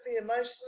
emotionally